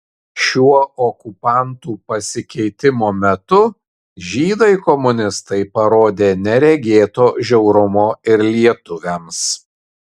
šiuo okupantų pasikeitimo metu žydai komunistai parodė neregėto žiaurumo ir lietuviams